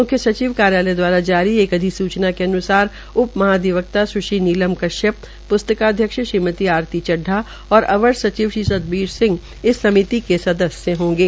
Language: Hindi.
मुख्य सचिव कार्यालय जारी एक अधिसूचना के अन्सार उप महाधिवक्ता स्श्री नीलम कश्यप प्स्तकालय श्रीमती आरती चड्डा और अवर सचिव श्री सतबीर सिंह इस के सदस्य होंगे